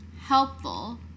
helpful